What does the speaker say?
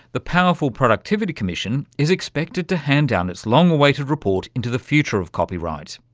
the powerful productivity commission is expected to hand down its long-awaited report into the future of copyright.